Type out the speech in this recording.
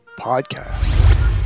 Podcast